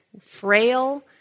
frail